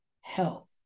health